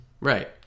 Right